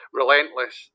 relentless